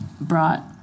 brought